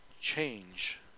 change